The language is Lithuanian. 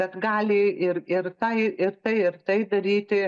kad gali ir ir tai ir tai ir tai daryti